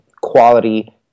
quality